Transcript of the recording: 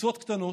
בקבוצות קטנות,